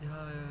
ya ya